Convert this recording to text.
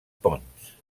pons